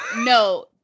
No